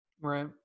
Right